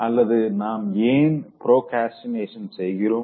அல்லது நாம் ஏன் ப்ரோக்ரஸ்டினேட் செய்கிறோம்